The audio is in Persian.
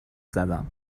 زدم